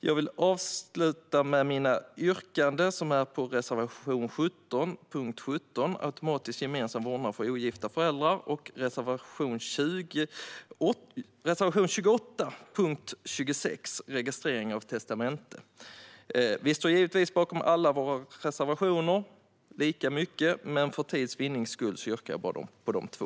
Jag vill yrka bifall till reservation 17 om automatisk gemensam vårdnad för ogifta föräldrar och reservation 28 om registrering av testamente. Vi står givetvis bakom alla våra reservationer, men för tids vinning yrkar jag bara bifall till dessa två.